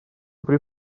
при